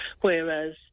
whereas